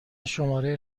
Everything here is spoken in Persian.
شماره